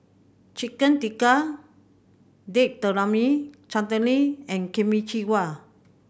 Chicken Tikka Date Tamarind Chutney and Kimchi